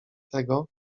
tego